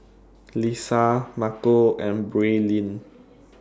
Lissa Marco and Braelyn